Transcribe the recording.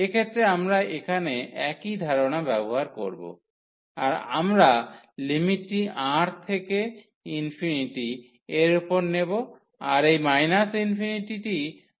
এক্ষেত্রে আমরা এখানে একই ধারণা ব্যবহার করব আর আমরা লিমিটটি R থেকে ∞ এর উপর নেব আর এই ∞ টি R এ পরিবর্তন হবে